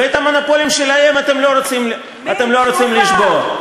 ואת המונופולים שלהם אתם לא רוצים לשבור.